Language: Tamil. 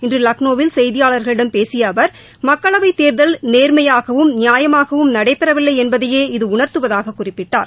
இன்று லக்னோவில் செய்தியாளர்களிடம் பேசிய அவர் மக்களவை தேர்தல் நேர்மையாகவும் நியாயமாகவும் நடைபெறவில்லை என்பதேயே இது உணர்த்துவதாக குறிப்பிட்டார்